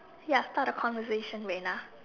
ya talk a conversation will be enough